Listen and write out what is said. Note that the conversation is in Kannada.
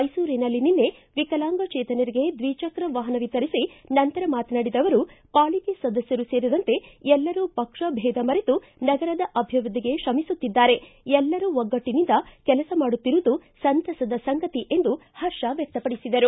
ಮೈಸೂರಿನಲ್ಲಿ ನಿನ್ನೆ ವಿಕಲಾಂಗಜೇತನರಿಗೆ ದ್ವಿ ಚಕ್ರ ವಾಹನ ವಿತರಿಸಿ ನಂತರ ಮಾತನಾಡಿದ ಅವರು ಪಾಲಿಕೆ ಸದಸ್ಕರು ಸೇರಿದಂತೆ ಎಲ್ಲರೂ ಪಕ್ಷ ಭೇದ ಮರೆತು ನಗರದ ಅಭಿವೃದ್ಧಿಗೆ ಶ್ರಮಿಸುತ್ತಿದ್ದಾರೆ ಎಲ್ಲರೂ ಒಗ್ಗಟ್ಟನಿಂದ ಕೆಲಸ ಮಾಡುತ್ತಿರುವುದು ಸಂತಸದ ಸಂಗತಿ ಎಂದು ಹರ್ಷ ವ್ಯಕ್ತಪಡಿಸಿದರು